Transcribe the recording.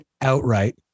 outright